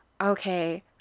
okay